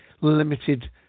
limited